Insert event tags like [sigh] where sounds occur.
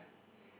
[breath]